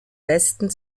westen